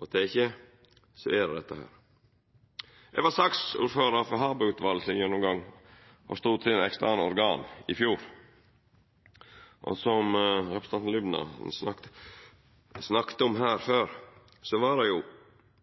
er det dette. Eg var saksordførar for gjennomgangen til Harberg-utvalet av Stortingets eksterne organ i fjor. Som representanten Jaffery snakka om i stad, var det